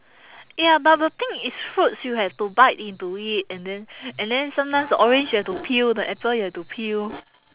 ya but the thing is fruits you have to bite into it and then and then sometimes the orange you have to peel the apple you have to peel